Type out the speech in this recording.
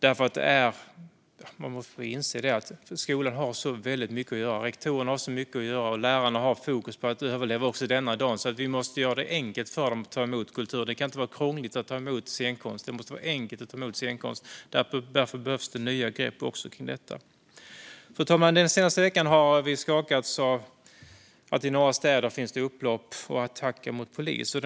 Vi måste inse att skolan och rektorerna har så väldigt mycket att göra och att lärarna har fokus på att överleva också denna dag att vi måste göra det enkelt för dem att ta emot kultur. Det ska inte vara krångligt att ta emot scenkonst, utan det måste vara enkelt. Därför behövs nya grepp också kring detta. Fru talman! Den senaste veckan har vi skakats av upplopp och attacker mot polis i några städer.